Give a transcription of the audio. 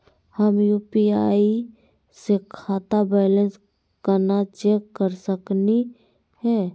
हम यू.पी.आई स खाता बैलेंस कना चेक कर सकनी हे?